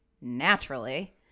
naturally